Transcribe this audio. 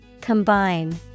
Combine